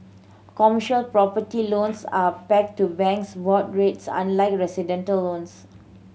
commercial property loans are pegged to banks board rates unlike residential loans